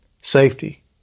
Safety